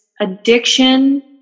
addiction